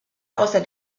außer